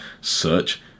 search